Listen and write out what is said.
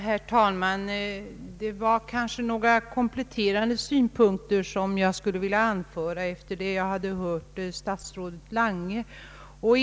Herr talman! Jag skulle här vilja anföra några kompletterande synpunkter med anledning av herr statsrådet Langes inlägg.